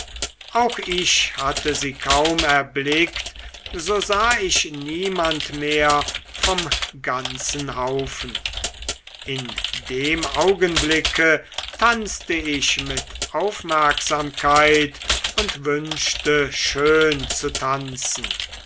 auch ich hatte sie kaum erblickt so sah ich niemand mehr vom ganzen haufen in dem augenblicke tanzte ich mit aufmerksamkeit und wünschte schon tanzen